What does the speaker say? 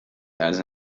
has